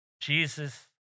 Jesus